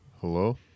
Hello